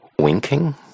winking